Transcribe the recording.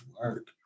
work